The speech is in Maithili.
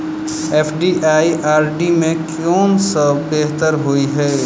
एफ.डी आ आर.डी मे केँ सा बेहतर होइ है?